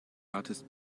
artist